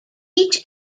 each